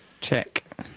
Check